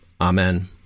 Amen